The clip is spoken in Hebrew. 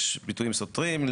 יש ביטויים סותרים.